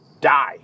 die